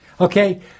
Okay